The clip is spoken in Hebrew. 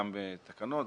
גם בתקנות,